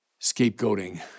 Scapegoating